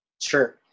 sure